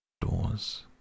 Doors